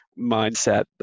mindset